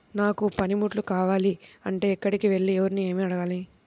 నాకు పనిముట్లు కావాలి అంటే ఎక్కడికి వెళ్లి ఎవరిని ఏమి అడగాలి?